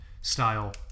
style